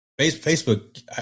Facebook